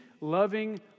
loving